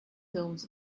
films